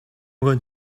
going